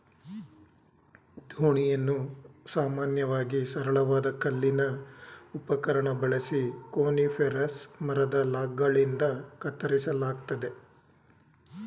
ದೋಣಿಯನ್ನು ಸಾಮಾನ್ಯವಾಗಿ ಸರಳವಾದ ಕಲ್ಲಿನ ಉಪಕರಣ ಬಳಸಿ ಕೋನಿಫೆರಸ್ ಮರದ ಲಾಗ್ಗಳಿಂದ ಕತ್ತರಿಸಲಾಗ್ತದೆ